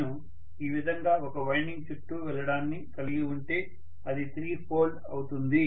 నేను ఈ విధంగా ఒక వైండింగ్ చుట్టూ వెళ్లడాన్ని కలిగి ఉంటే అది తిరిగి ఫోల్డ్ అవుతుంది